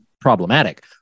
problematic